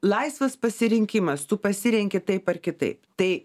laisvas pasirinkimas tu pasirenki taip ar kitaip tai